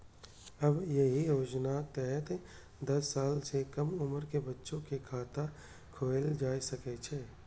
आब एहि योजनाक तहत दस साल सं कम उम्र के बच्चा के खाता खोलाएल जा सकै छै